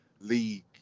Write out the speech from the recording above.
league